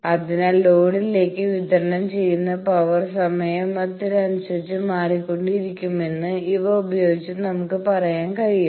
അതിനാൽ ലോഡിലേക്ക് വിതരണം ചെയ്യുന്ന പവർ സമയത്തിനനുസരിച്ചു മാറിക്കൊണ്ടിരിക്കുമെന്ന് ഇവ ഉപയോഗിച്ച് നമുക്ക് പറയാൻ കഴിയും